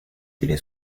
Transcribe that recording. tiene